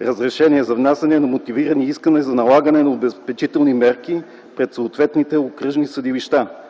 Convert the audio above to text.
решения за внасяне на мотивирани искания за налагане на обезпечителни мерки пред съответните окръжни съдилища.